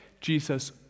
Jesus